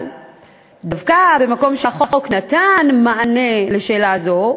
אבל דווקא במקום שהחוק נתן מענה לשאלה זו,